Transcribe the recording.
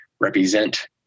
represent